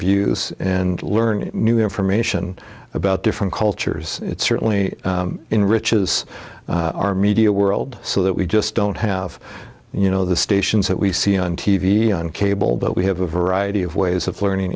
views and learning new information about different cultures certainly in riches our media world so that we just don't have you know the stations that we see on t v on cable but we have a variety of ways of learning